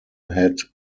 had